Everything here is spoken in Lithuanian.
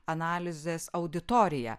analizės auditorija